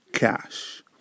cash